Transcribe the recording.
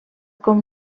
com